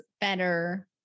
better